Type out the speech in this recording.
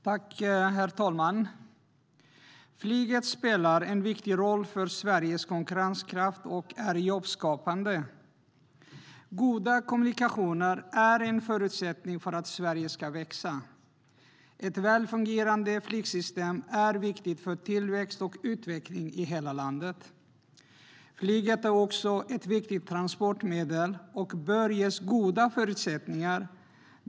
Herr talman! Flyget spelar en viktig roll för Sveriges konkurrenskraft och är jobbskapande. Goda kommunikationer är en förutsättning för att Sverige ska växa. Ett väl fungerande flygsystem är viktigt för tillväxt och utveckling i hela landet. Flyget är också ett viktigt transportmedel och bör ges goda förutsättningar.